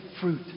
fruit